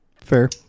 Fair